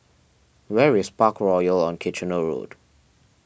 where is Parkroyal on Kitchener Road